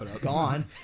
gone